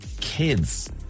kids